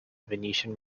venetian